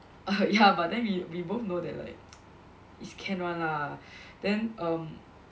ya but then we we both know that like is can [one] lah then um